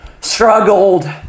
struggled